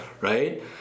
right